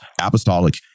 apostolic